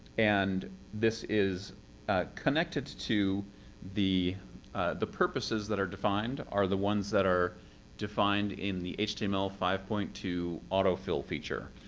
and this is connected to the the purposes that are defined are the ones that are defined in the h t m l five point two autofill feature.